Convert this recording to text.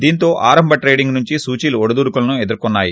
దీంతో ఆరంభ ట్రేడింగ్ నుంచే సూచీలు ఒడుదొడుకులను ఎదుర్కోన్నాయి